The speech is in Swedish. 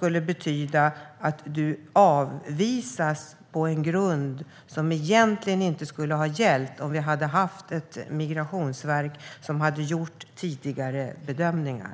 vilket betyder att man skulle avvisas på en grund som inte skulle ha gällt om vi haft ett migrationsverk som hade gjort tidigare bedömningar.